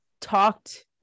talked